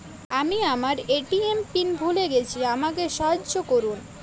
আমি আমার ATM PIN ভুলে গেছি আমাকে সাহায্য করুন